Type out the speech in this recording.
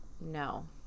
no